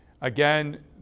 Again